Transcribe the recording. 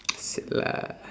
shit lah